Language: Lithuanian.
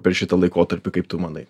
per šitą laikotarpį kaip tu manai